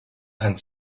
and